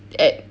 ac~